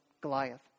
Goliath